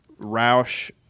roush